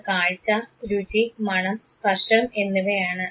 അത് കാഴ്ച രുചി മണം സ്പർശം എന്നിവയാണ്